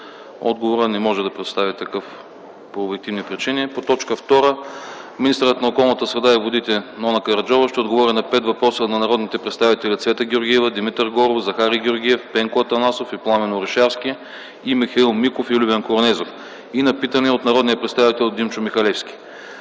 отговора, не може да представи такъв по обективни причини. 2. Министърът на околната среда и водите Нона Караджова ще отговори на пет въпроса от народните представители Цвета Георгиева, Димитър Горов, Захари Георгиев, Пенко Атанасов и Пламен Орешарски, и Михаил Миков и Любен Корнезов. Има питане от народния представител Димчо Михалевски.